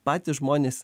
patys žmonės